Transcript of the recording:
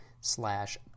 slash